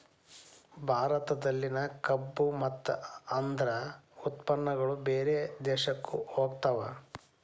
ಭಾರತದಲ್ಲಿನ ಕಬ್ಬು ಮತ್ತ ಅದ್ರ ಉತ್ಪನ್ನಗಳು ಬೇರೆ ದೇಶಕ್ಕು ಹೊಗತಾವ